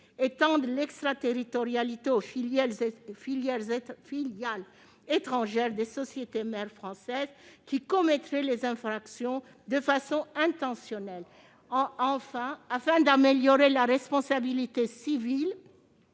d'étendre l'extraterritorialité aux filiales étrangères des sociétés mères françaises qui commettraient des infractions de façon intentionnelle. Afin d'améliorer la responsabilité civile